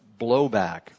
blowback